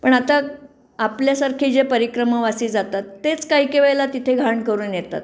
पण आता आपल्यासारखे जे परिक्रमावासी जातात तेच काय काय वेळेला तिथे घाण करून येतात